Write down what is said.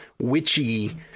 Witchy